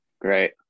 Great